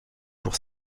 pour